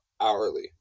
hourly